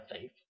faith